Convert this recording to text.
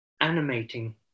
animating